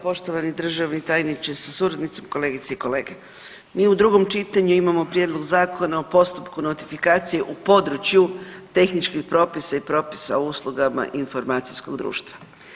Poštovani državni tajniče sa suradnicom, kolegice i kolege mi u drugom čitanju imamo prijedlog Zakona o postupku notifikacije u području tehničkih propisa i propisa o uslugama informatičkog društva.